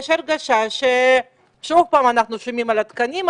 יש הרגשה ששוב פעם אנחנו שומעים על התקנים,